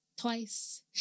Twice